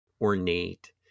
ornate